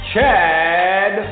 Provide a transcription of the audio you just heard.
Chad